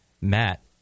Matt